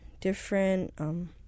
different